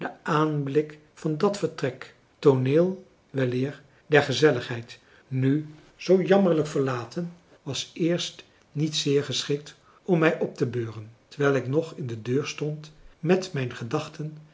aanblik van dat vertrek tooneel weleer der gezelligheid nu zoo jammerlijk verlaten was eerst niet zeer geschikt om mij op te beuren terwijl ik nog in de deur stond met mijn gedachten